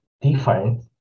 different